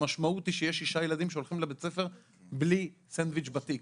המשמעות היא שיש שישה ילדים שהולכים לבית הספר בלי סנדוויץ' בתיק.